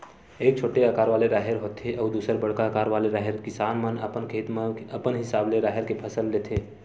एक छोटे अकार वाले राहेर होथे अउ दूसर बड़का अकार वाले राहेर, किसान मन अपन खेत म अपन हिसाब ले राहेर के फसल लेथे